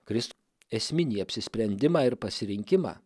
kris esminį apsisprendimą ir pasirinkimą